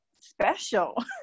special